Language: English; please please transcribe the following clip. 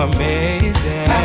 Amazing